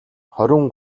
хорин